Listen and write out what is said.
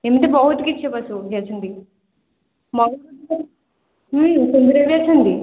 ଏମିତି ବହୁତ କିଛି ପଶୁ ପକ୍ଷୀ ଅଛନ୍ତି କୁମ୍ଭୀର ବି ଅଛନ୍ତି